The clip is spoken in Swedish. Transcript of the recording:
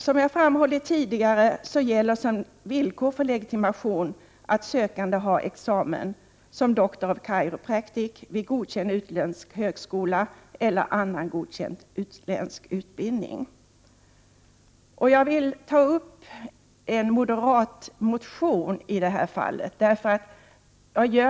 Som jag framhållit tidigare gäller som villkor för legitimation att sökande har examen som Doctor of Chiropractic vid godkänd utländsk högskola eller annan godkänd utländsk utbildning. I en moderat motion Prot.